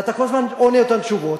ואתה כל הזמן עונה אותן תשובות.